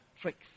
tricks